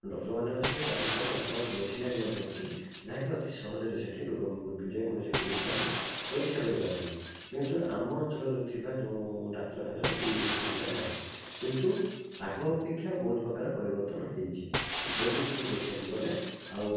ଡ଼କ୍ଟର୍ମାନେ ଅଛନ୍ତି ତା ସହିତ ଭଲ ମେସିନାରି ମଧ୍ୟ ଅଛି ଯାହାକି ଅତି ସହଜରେ ସେଠି ଯେକୌଣସି ରୋଗକୁ ଆମେ ପରୀକ୍ଷା କରିପାରିଥାନ୍ତେ କିନ୍ତୁ ଆମ ଅଞ୍ଚଳରେ ଥିବା ଯୋଉଁ ଡ଼ାକ୍ତରଖାନାରେ ଏଇ ସବୁ ସୁବିଧାନାହିଁ କିନ୍ତୁ ଆଗ ଅପେକ୍ଷା ବହୁତ ପ୍ରକାର ପରିବର୍ତ୍ତନ ହେଇଛି ସେ ଦୃଷ୍ଟିରୁ ଦେଖିବାକୁ ଗଲେ ଆଉ